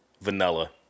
vanilla